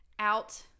Out